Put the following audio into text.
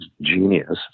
genius